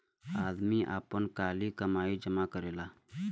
आदमी आपन काली कमाई जमा करेला